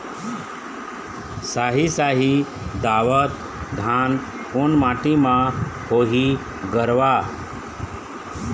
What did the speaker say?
साही शाही दावत धान कोन माटी म होही गरवा?